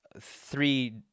Three